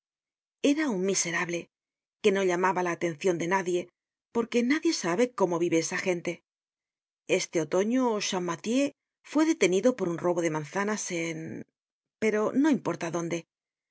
era un miserable que no llamaba la atencion de nadie porque nadie sabe cómo vive esagente este otoño champmathieu fue detenido por un robo de manzanas en pero no importa donde